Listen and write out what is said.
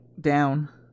down